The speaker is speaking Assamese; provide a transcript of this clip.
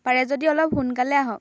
পাৰে যদি অলপ সোনকালে আহক